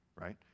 Right